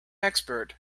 expert